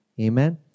Amen